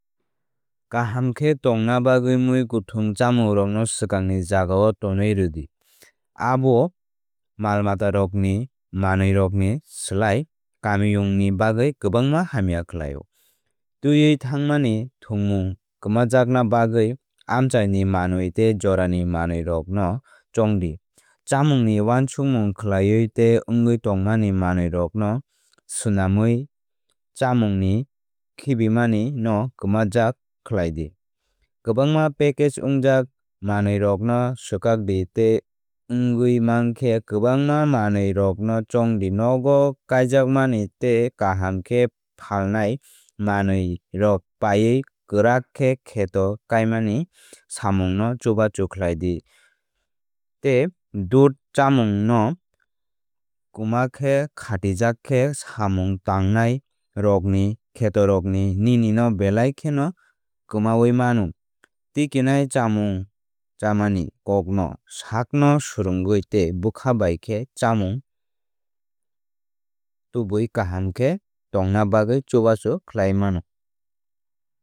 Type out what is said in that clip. Kaham khe tongna bagwi muikwthung chamungrokno swkangni jagao tonwi rwdi. Abo malmatarokni manwirokni slai kamiyungni bagwi kwbangma hamya khlaio. Twiwi thangmani thwngmung kwmajakna bagwi amchaini manwi tei jorani manwirokno chongdi. Chamungni wansukmung khlaiwi tei wngwi tongmani manwirokno swnamwi chamungni khibimani no kwmajak khlai di. Kwbangma package wngjak manwirokno swkakdi tei wngwi mankhe kwbangma manwirokno chongdi. Nogo kaijakmani tei kaham khe phalnai manwirok paiwi kwrak khe kheto khaimani samung no chubachu khlai di. Tei dudh chamungno kwmakhe khatijak khe samung tangnairokni khetorokni nini no belai kheno kwmawi mano. Tikinai chamung chamani kokno sakno swrwngwi tei bwkha bai khe chongmung tubuwi kaham khe tongna bagwi chubachu khlaiwi mano.